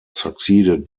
succeeded